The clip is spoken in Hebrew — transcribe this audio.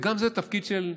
וגם זה תפקיד של,